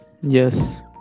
yes